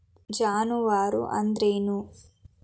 ಜಾನುವಾರು ಅಂದ್ರೇನು?